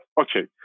okay